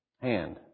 hand